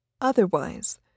Otherwise